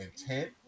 intent